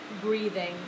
Breathing